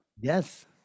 yes